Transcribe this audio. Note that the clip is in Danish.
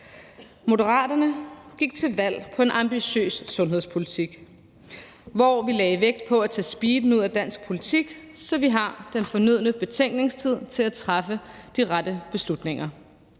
Moderaterne gik til valg på en ambitiøs sundhedspolitik, hvor vi lagde vægt på at tage speeden ud af dansk politik, så vi har den fornødne betænkningstid til at træffe de rette beslutninger.